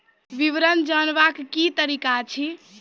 विवरण जानवाक की तरीका अछि?